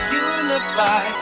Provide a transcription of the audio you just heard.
unify